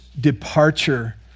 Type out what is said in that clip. departure